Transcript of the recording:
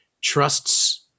trusts